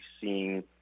seeing